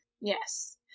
yes